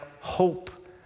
hope